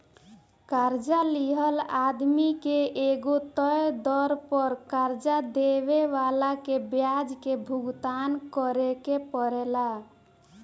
कर्जा लिहल आदमी के एगो तय दर पर कर्जा देवे वाला के ब्याज के भुगतान करेके परेला